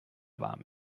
warm